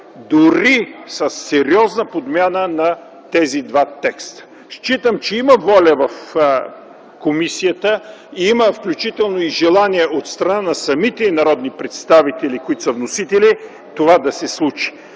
дори със сериозна подмяна на тези два текста. Считам, че има воля в комисията, има и желание от страна на самите народни представители, които са вносители, това да се случи.